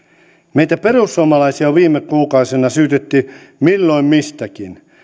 meitä perussuomalaisia on viime kuukausina syytetty milloin mistäkin